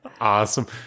Awesome